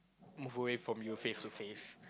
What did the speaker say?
move away from you face to face